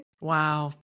wow